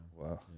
Wow